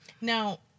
Now